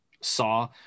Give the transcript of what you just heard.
Saw